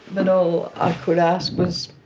but all i could ask was,